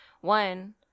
One